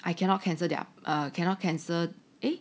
I cannot cancel their err cannot cancel eh